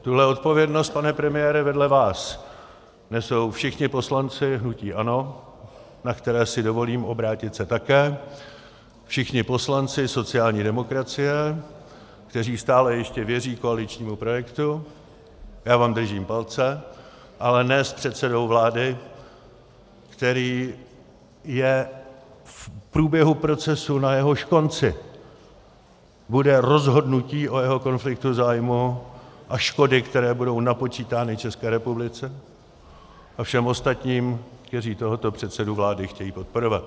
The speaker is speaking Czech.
Tuhle odpovědnost, pane premiére, vedle vás nesou všichni poslanci hnutí ANO, na které si dovolím obrátit se také, všichni poslanci sociální demokracie, kteří stále ještě věří koaličnímu projektu, já vám držím palce, ale ne s předsedou vlády, který je v průběhu procesu, na jehož konci bude rozhodnutí o jeho konfliktu zájmů a škody, které budou napočítány České republice a všem ostatním, kteří tohoto předsedu vlády chtějí podporovat.